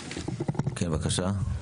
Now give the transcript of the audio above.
כן, בבקשה.